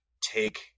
take